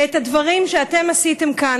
ואת הדברים שאתם עשיתם כאן,